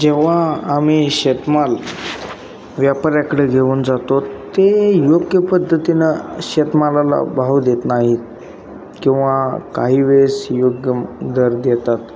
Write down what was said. जेव्हा आम्ही शेतमाल व्यापाऱ्याकडे घेऊन जातो ते योग्य पद्धतीनं शेतमालाला भाव देत नाहीत किंवा काही वेळेस योग्य दर देतात